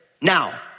now